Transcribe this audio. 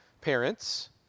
Parents